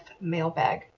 mailbag